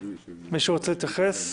מישהו רוצה להתייחס?